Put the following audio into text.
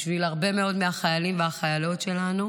בשביל הרבה מאוד מהחיילים והחיילות שלנו,